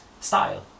style